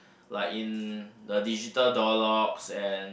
like in the digital door locks and